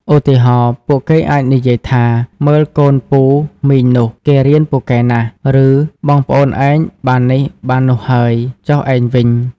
ឧទាហរណ៍ ពួកគេអាចនិយាយថា "មើលកូនពូ/មីងនោះ គេរៀនពូកែណាស់" ឬ "បងប្អូនឯងបាននេះបាននោះហើយ ចុះឯងវិញ?"។